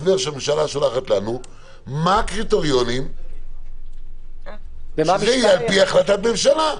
שהממשלה שולחת לנו יהיה כתוב מה הקריטריונים ושזה על פי החלטת ממשלה.